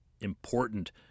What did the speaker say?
important